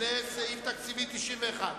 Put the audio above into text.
לסעיף תקציבי 91,